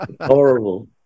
Horrible